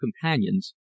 companions